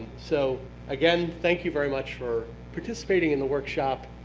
so again, thank you very much for participating in the workshop.